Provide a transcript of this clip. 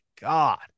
God